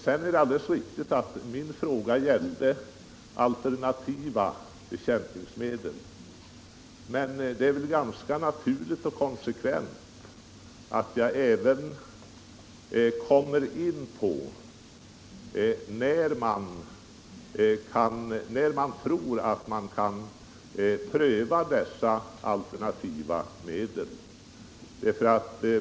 Det är alldeles riktigt att min fråga gällde alternativa bekämpningsmedel, men det är väl ganska naturligt och konsekvent att jag även kommer in på frågan om den tidpunkt när dessa alternativa medel kan tänkas bli prövade.